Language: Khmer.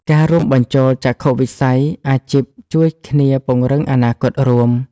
ការរួមបញ្ចូលចក្ខុវិស័យអាជីពជួយគ្នាពង្រឹងអនាគតរួម។